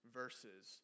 verses